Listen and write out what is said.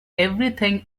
everything